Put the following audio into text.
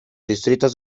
distritos